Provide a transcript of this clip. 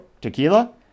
Tequila